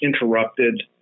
interrupted